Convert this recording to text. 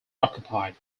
occupied